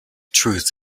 truth